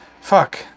fuck